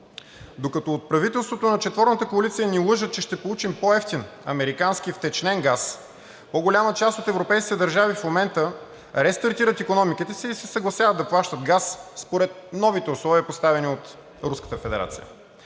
Докато от правителството на четворната коалиция ни лъжат, че ще получим по-евтин американски втечнен газ, по-голямата част от европейските държави в момента рестартират икономиките си и се съгласяват да плащат газ според новите условия, поставени от